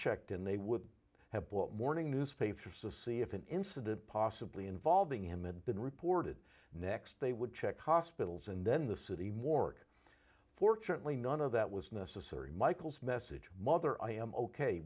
checked in they would have brought morning newspaper says see if an incident possibly involving him and been reported next they would check hospitals and then the city morgue fortunately none of that was necessary michael's message mother i am ok